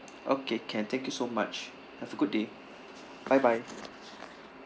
okay can thank you so much have a good day bye bye